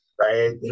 Right